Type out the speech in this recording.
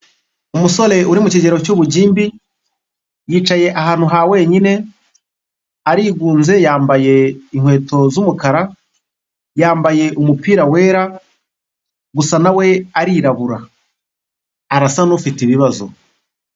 Umusore uri mu kigero cy'ubugimbi yicaye ahantu ha wenyine arigunze yambaye inkweto z'umukara yambaye umupira wera gusa nawe arirabura arasa n'ufite ibibazo.